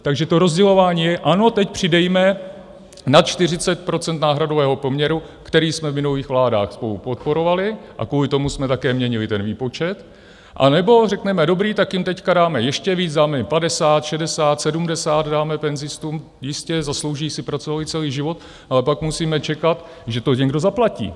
Takže to rozdělování je ano, teď přidejme na 40 procent náhradového poměru, který jsme v minulých vládách spolu podporovali, a kvůli tomu jsme také měnili ten výpočet, anebo řekneme: Dobrý, tak jim teď dáme ještě víc, dáme jim 50, 60, 70 dáme penzistům, jistě, zaslouží si, pracovali celý život, ale pak musíme čekat, že to někdo zaplatí.